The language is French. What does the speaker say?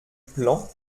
plan